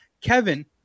Kevin